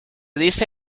dice